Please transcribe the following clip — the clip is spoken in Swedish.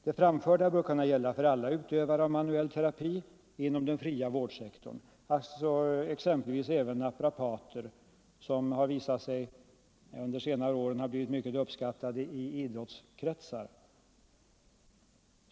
Det framförda bör kunna gälla för alla utövare av manuell terapi inom ”den fria vårdsektorn” — alltså exempelvis även naprapater, som visat sig ha blivit mycket uppskattade i idrottskretsar.